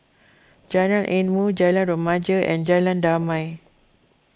Jalan Ilmu Jalan Remaja and Jalan Damai